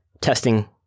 testing